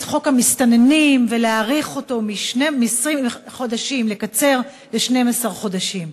חוק המסתננים ולקצר אותו מ-20 חודשים ל-12 חודשים.